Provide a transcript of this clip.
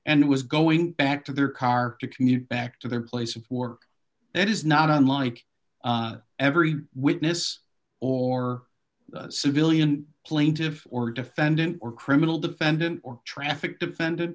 and was going back to their car to commute back to their place of work it is not unlike every witness or civilian plaintiffs or defendant or criminal defendant or traffic defended